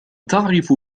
تعرف